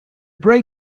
break